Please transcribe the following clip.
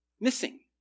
missing